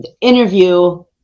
interview